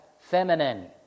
feminine